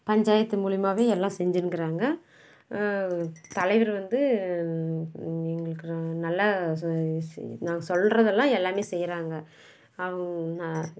பஞ்சாயத்து மூலிமாவே எல்லாம் செஞ்சுன்னுக்கிறாங்க தலைவர் வந்து எங்களுக்கு நல்லா நாங்கள் சொல்கிறதெல்லாம் எல்லாமே செய்கிறாங்க